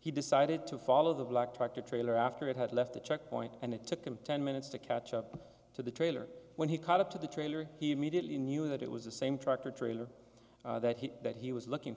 he decided to follow the black tractor trailer after it had left the checkpoint and it took him ten minutes to catch up to the trailer when he caught up to the trailer he immediately knew that it was the same tractor trailer that he that he was looking